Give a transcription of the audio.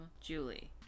Julie